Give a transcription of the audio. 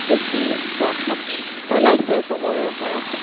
বেছি প্ৰভাৱ পেলাইছে চবৰে ওপৰত